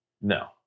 No